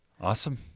Awesome